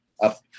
up